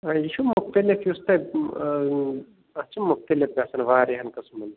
آ یہِ چھُ مُختٔلِف یُس تۄہہِ اَتھ چھِ مُختٔلِف گژھان واریاہَن قٕسمَن ہنٛدۍ